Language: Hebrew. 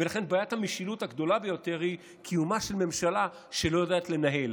ולכן בעיית המשילות הגדולה ביותר היא קיומה של ממשלה שלא יודעת לנהל.